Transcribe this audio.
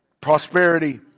prosperity